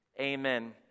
Amen